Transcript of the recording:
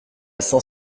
saint